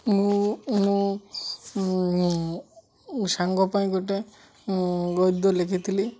ମୁଁ ମୁଁ ସାଙ୍ଗ ପାଇଁ ଗୋଟେ ଗଦ୍ୟ ଲେଖିଥିଲି